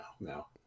no